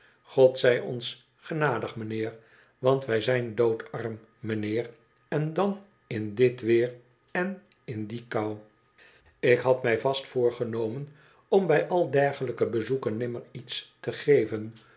god zij ons genadig mijnheer want wij zijn doodarm mijnheer en dan in dit weer en in die kou ik had mij vast voorgenomen om bij al dergelijke bezoeken nimmer iets te geven